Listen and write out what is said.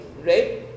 right